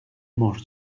mange